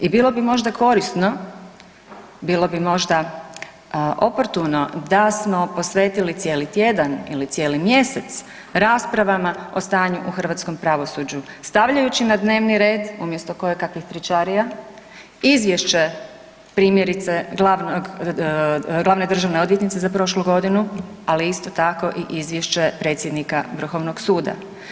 I bilo bi možda korisno, bilo bi možda oportuno da smo posvetili cijeli tjedan ili cijeli mjesec raspravama o stanju u hrvatskom pravosuđu stavljajući na dnevni red umjesto koje kakvih tričarija izvješće primjerice glavne državne odvjetnice za prošlu godinu, ali isto tako i izvješće predsjednika vrhovnog suda.